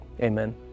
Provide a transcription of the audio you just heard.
Amen